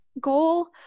goal